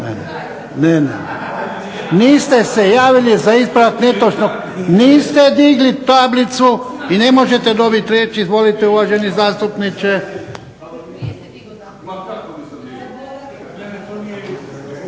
Niste se javili za ispravak netočnog navoda. Niste digli tablicu i ne možete dobiti riječ. Izvolite uvaženi zastupniče.